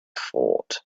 fort